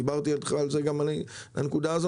דיברתי איתך על הנקודה הזאת.